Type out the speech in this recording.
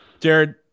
Jared